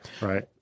Right